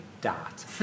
dot